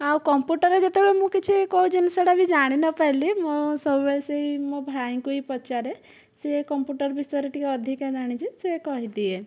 ଆଉ କମ୍ପ୍ୟୁଟରରେ ଯେତେବେଳେ ମୁଁ କିଛି କେଉଁ ଜିନିଷଟା ବି ଜାଣି ନ ପାରିଲି ମୁଁ ସବୁବେଳେ ସେହି ମୋ ଭାଇଙ୍କୁ ହିଁ ପଚାରେ ସେ କମ୍ପ୍ୟୁଟର ବିଷୟରେ ଟିକେ ଅଧିକା ଜାଣିଛି ସେ କହିଦିଏ